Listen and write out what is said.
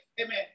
Amen